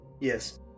Yes